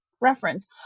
reference